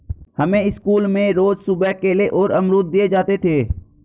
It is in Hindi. हमें स्कूल में रोज सुबह केले और अमरुद दिए जाते थे